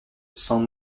cent